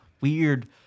weird